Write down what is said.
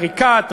עריקאת,